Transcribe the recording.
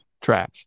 Trash